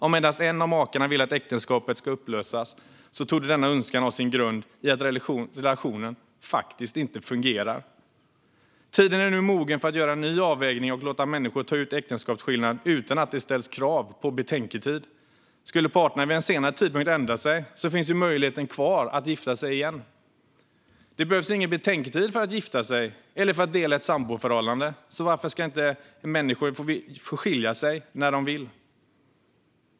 Om endast en av makarna vill att äktenskapet ska upplösas torde denna önskan ha sin grund i att relationen faktiskt inte fungerar. Tiden är nu mogen för att göra en ny avvägning och låta människor ta ut äktenskapsskillnad utan att det ställs krav på betänketid. Skulle parterna vid en senare tidpunkt ändra sig finns möjligheten att gifta sig igen. Det behövs ingen betänketid för att gifta sig eller för att dela ett samboförhållande. Varför ska människor inte få skilja sig när de vill?